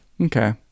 Okay